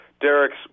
Derek's